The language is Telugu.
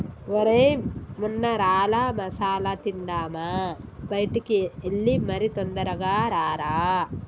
ఒరై మొన్మరాల మసాల తిందామా బయటికి ఎల్లి మరి తొందరగా రారా